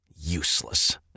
Useless